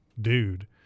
dude